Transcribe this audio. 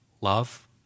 love